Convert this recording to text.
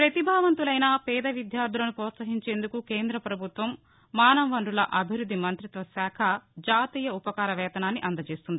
ప్రతిభావంతులైన పేద విద్యార్టులను ప్రపోత్సహించేందుకు కేంద్ర ప్రభుత్వం మానవ వనరుల అభివ్బద్ది మంత్రిత్వ శాఖ జాతీయ ఉపకార వేతనాన్ని అందజేస్తోంది